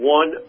one